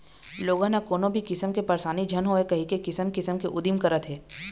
लोगन ह कोनो भी किसम के परसानी झन होवय कहिके किसम किसम के उदिम करत हे